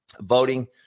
voting